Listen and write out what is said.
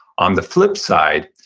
on the flip side,